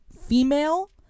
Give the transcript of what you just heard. female